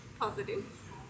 positive